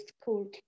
school